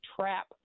trap